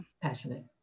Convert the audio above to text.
Passionate